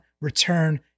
return